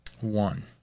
One